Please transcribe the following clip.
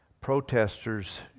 protesters